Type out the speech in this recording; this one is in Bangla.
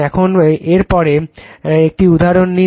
এখন এর পরে একটি উদাহরণ নিন